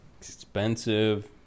expensive